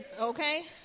Okay